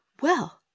Well